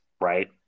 right